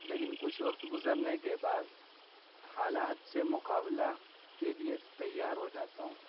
لیکن کچھ وقت گزرنے کے بعد حالات سے مقابلہ کے لیے تیار ہو جاتا ہوں